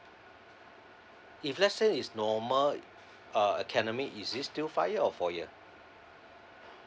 if let's say is normal uh academic is it still five year or four year